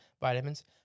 vitamins